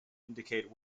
indicate